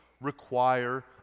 Require